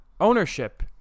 ownership